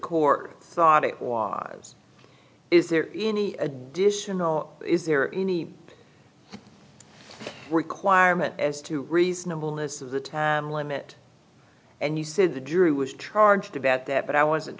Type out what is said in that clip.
court thought it was is there any additional is there any requirement as to reasonable list of the time limit and you said the jury was charged about that but i wasn't